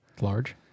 Large